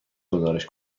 گزارش